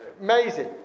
Amazing